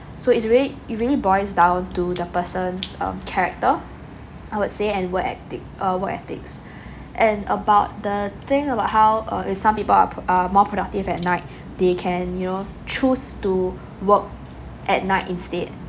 so it's really it really boils down to the person's um character I would say and work ethic uh work ethics and about the thing about how uh is some people are pro~ are more productive at night they can you know choose to work at night instead